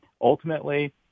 ultimately